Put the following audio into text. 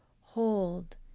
Hold